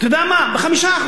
אתה יודע מה, ב-5%.